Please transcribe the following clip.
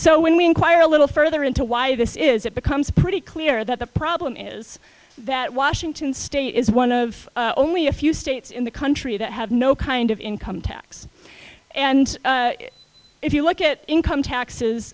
so when we inquire a little further into why this is it becomes pretty clear that the problem is that washington state is one of only a few states in the country that have no kind of income tax and if you look at income taxes